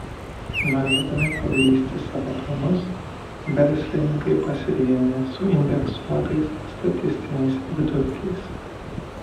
norėdami pagrįsti savo planus verslininkai pasirėmė suindeksuotais statistiniais vidurkiais